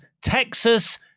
Texas